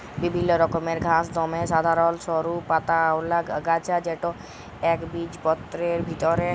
বিভিল্ল্য রকমের ঘাঁস দমে সাধারল সরু পাতাআওলা আগাছা যেট ইকবিজপত্রের ভিতরে